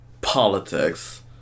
politics